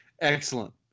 Excellent